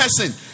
person